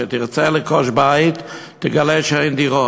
כשתרצה לרכוש בית תגלה שאין דירות.